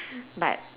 but